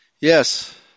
Yes